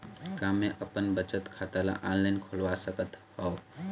का मैं अपन बचत खाता ला ऑनलाइन खोलवा सकत ह?